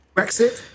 Brexit